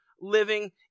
living